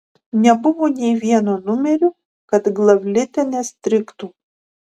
nebuvo nė vieno numerio kad glavlite nestrigtų